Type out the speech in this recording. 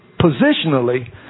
Positionally